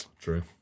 True